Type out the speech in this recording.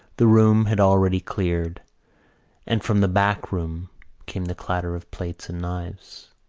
the room had already cleared and from the back room came the clatter of plates and knives.